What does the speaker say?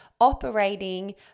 operating